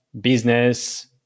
business